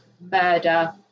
murder